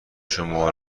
شما